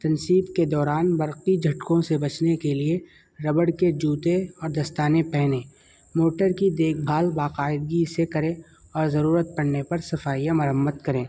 تنصیب کے دوران برقی جھٹکوں سے بچنے کے لیے ربڑ کے جوتے اور دستانے پہنیں موٹر کی دیکھ بھال باقاعدگی سے کریں اور ضرورت پڑنے پر صفائی یا مرمت کریں